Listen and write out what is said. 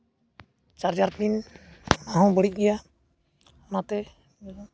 charger pin ᱦᱚᱸ ᱵᱟᱹᱲᱤᱡ ᱜᱮᱭᱟ ᱚᱱᱟᱛᱮ ᱟᱫᱚ